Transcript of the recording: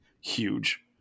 huge